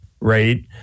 right